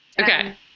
Okay